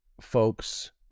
folks